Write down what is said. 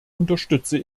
unterstütze